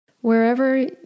Wherever